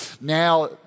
now